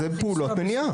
זה פעולות מניעה.